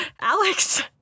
Alex